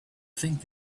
think